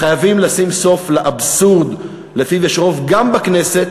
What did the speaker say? חייבים לשים סוף לאבסורד שלפיו יש רוב גם בכנסת